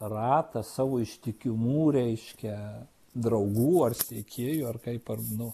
ratą savo ištikimų reiškia draugų ar sekėjų ar kaip ar nu